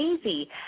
easy